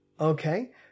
Okay